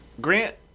Grant